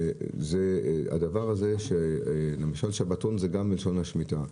למשל שבתון זה גם מלשון שמיטה.